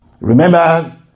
Remember